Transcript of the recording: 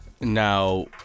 now